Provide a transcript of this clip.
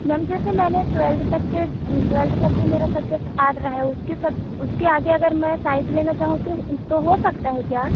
ma'am जैसे मैंने twelfth तक के ट्वेल्थ तक के मेरे सब्जेक्ट आर्ट रहा है उसके उसके आगे अगर मैं साइंस लेना चाहती हूँ तो हो सकता है क्या